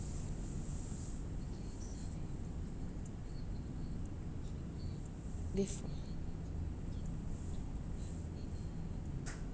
leave